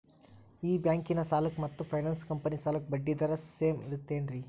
ಈ ಬ್ಯಾಂಕಿನ ಸಾಲಕ್ಕ ಮತ್ತ ಫೈನಾನ್ಸ್ ಕಂಪನಿ ಸಾಲಕ್ಕ ಬಡ್ಡಿ ದರ ಸೇಮ್ ಐತೇನ್ರೇ?